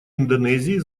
индонезии